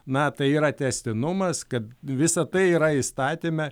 na tai yra tęstinumas kad visa tai yra įstatyme